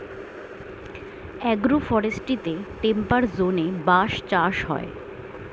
agro ফরেস্ট্রিতে temperate জোনে বাঁশ চাষ হয়